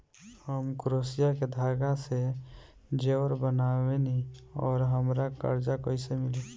हम क्रोशिया के धागा से जेवर बनावेनी और हमरा कर्जा कइसे मिली?